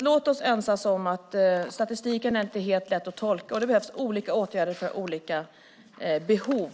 Låt oss enas om att statistik inte är helt lätt att tolka och att det behövs olika åtgärder för olika behov.